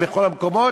בכל המקומות?